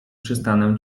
przestanę